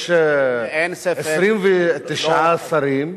יש 29 שרים,